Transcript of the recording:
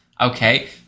okay